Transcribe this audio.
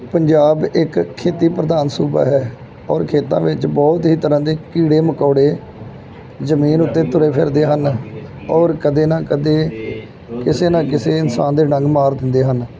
ਪੰਜਾਬ ਇੱਕ ਖੇਤੀ ਪ੍ਰਧਾਨ ਸੂਬਾ ਹੈ ਔਰ ਖੇਤਾਂ ਵਿੱਚ ਬਹੁਤ ਹੀ ਤਰ੍ਹਾਂ ਦੇ ਕੀੜੇ ਮਕੌੜੇ ਜ਼ਮੀਨ ਉੱਤੇ ਤੁਰੇ ਫਿਰਦੇ ਹਨ ਔਰ ਕਦੇ ਨਾ ਕਦੇ ਕਿਸੇ ਨਾ ਕਿਸੇ ਇਨਸਾਨ ਦੇ ਡੰਗ ਮਾਰ ਦਿੰਦੇ ਹਨ